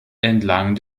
entlang